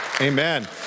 Amen